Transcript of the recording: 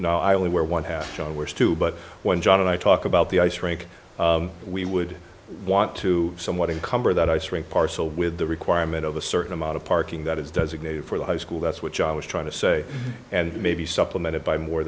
no i only wear one half were to but when john and i talk about the ice rink we would want to somewhat encumber that ice rink parcel with the requirement of a certain amount of parking that is designated for the high school that's which i was trying to say and maybe supplemented by more